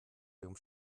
ihrem